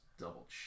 Double